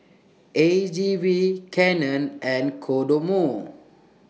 A G V Canon and Kodomo